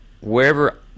wherever